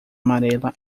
amarela